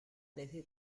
desde